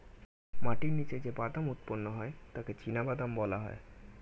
মাটির নিচে যে বাদাম উৎপন্ন হয় তাকে চিনাবাদাম বলা হয়